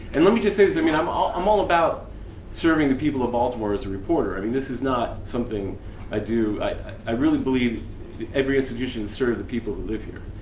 and let me just say this, i mean, i'm all um all about serving the people of baltimore as a reporter. i mean this is not something i do. i really believe every institution serve the people who live here.